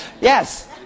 Yes